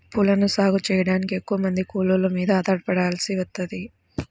పూలను సాగు చెయ్యడానికి ఎక్కువమంది కూలోళ్ళ మీద ఆధారపడాల్సి వత్తది